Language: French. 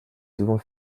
souvent